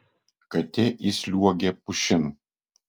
katė įsliuogė pušin